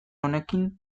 honekin